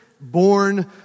born